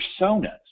personas